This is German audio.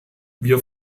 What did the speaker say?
wir